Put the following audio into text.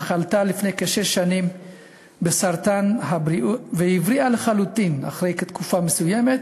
שחלתה לפני כשש שנים בסרטן והבריאה לחלוטין אחרי תקופה מסוימת,